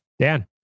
Dan